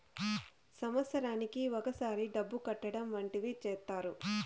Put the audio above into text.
సంవత్సరానికి ఒకసారి డబ్బు కట్టడం వంటివి చేత్తారు